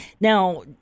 Now